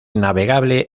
navegable